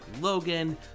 Logan